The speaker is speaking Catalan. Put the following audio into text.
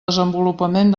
desenvolupament